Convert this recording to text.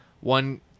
one